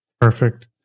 Perfect